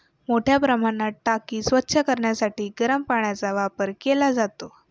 मोठ्या प्रमाणात टाकी स्वच्छ करण्यासाठी गरम पाण्याचा वापर केला जातो